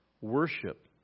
Worship